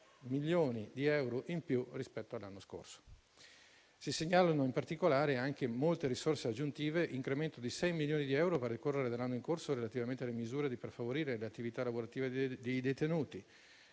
milioni di euro in più rispetto all'anno scorso. Si segnalano in particolare molte risorse aggiuntive: l'incremento di 6 milioni di euro, a decorrere dall'anno in corso, relativamente alle misure per favorire le attività lavorative dei detenuti;